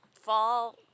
fall